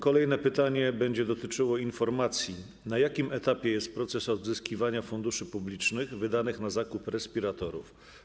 Kolejne pytanie będzie dotyczyło informacji, na jakim etapie jest proces odzyskiwania funduszy publicznych wydanych na zakup respiratorów.